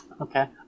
Okay